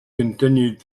continued